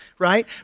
Right